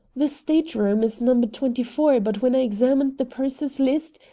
the stateroom is number twenty-four, but when i examined the purser's list,